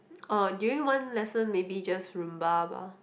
orh during one lesson maybe just rumba bah